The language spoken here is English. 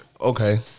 Okay